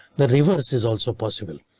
the reverse is also possible.